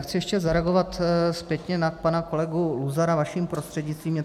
Chci ještě zareagovat zpětně na pana kolegu Luzara vaším prostřednictvím.